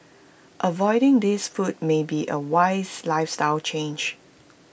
avoiding these foods may be A wise lifestyle change